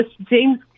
James